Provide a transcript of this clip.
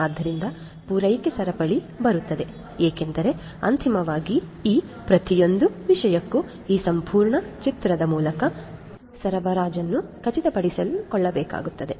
ಆದ್ದರಿಂದ ಪೂರೈಕೆ ಸರಪಳಿ ಬರುತ್ತದೆ ಏಕೆಂದರೆ ಅಂತಿಮವಾಗಿ ಈ ಪ್ರತಿಯೊಂದು ವಿಷಯಕ್ಕೂ ಈ ಸಂಪೂರ್ಣ ಚಕ್ರದ ಮೂಲಕ ಸರಬರಾಜನ್ನು ಖಚಿತಪಡಿಸಿಕೊಳ್ಳಬೇಕಾಗುತ್ತದೆ